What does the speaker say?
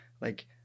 like-